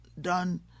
done